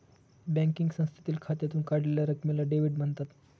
banking संस्थेतील खात्यातून काढलेल्या रकमेला डेव्हिड म्हणतात